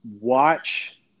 Watch